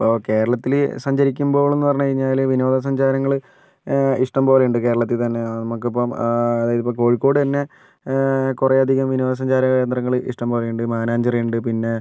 ഇപ്പോൾ കേരളത്തിൽ സഞ്ചരിക്കുമ്പോൾ എന്ന് പറഞ്ഞ് കഴിഞ്ഞാൽ വിനോദസഞ്ചാരങ്ങൾ ഇഷ്ടം പോലെയുണ്ട് കേരളത്തിൽ തന്നെ നമുക്കിപ്പോൾ ഇപ്പോൾ കോഴിക്കോട് തന്നെ കുറേയധികം വിനോദസഞ്ചാര കേന്ദ്രങ്ങൾ ഇഷ്ടം പോലെയുണ്ട് മാനാഞ്ചിറ ഉണ്ട് പിന്നേ